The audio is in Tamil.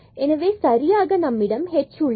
எனவே சரியாக நம்மிடம் h உள்ளது